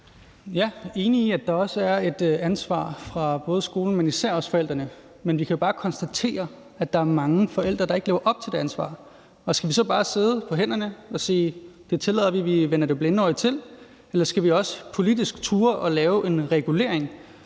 Jeg er enig i, at der er et ansvar hos skolen, men især også hos forældrene. Men vi kan bare konstatere, at der er mange forældre, der ikke lever op til det ansvar. Og skal vi så bare sidde på hænderne og sige, at det tillader vi, og at vi vender det blinde øje til? Eller skal vi også politisk turde at lave en regulering?